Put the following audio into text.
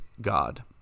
God